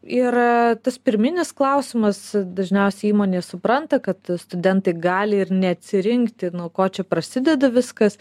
ir tas pirminis klausimas dažniausiai įmonė supranta kad studentai gali ir neatsirinkti nuo ko čia prasideda viskas